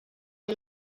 fer